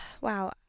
wow